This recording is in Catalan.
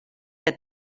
que